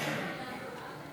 של חברי הכנסת יצחק פינדרוס,